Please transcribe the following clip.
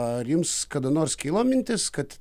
ar jums kada nors kilo mintis kad